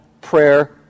prayer